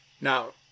Now